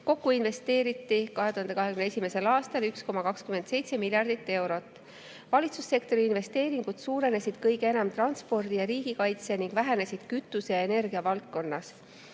Kokku investeeriti 2021. aastal 1,27 miljardit eurot. Valitsussektori investeeringud suurenesid kõige enam transpordi ja riigikaitse ning vähenesid kütuse ja energia valdkonnas.